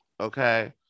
Okay